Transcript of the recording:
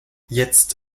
jetzt